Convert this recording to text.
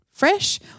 fresh